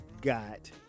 got